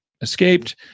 escaped